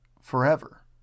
Forever